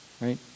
right